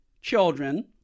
children